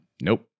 nope